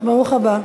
ברוך הבא.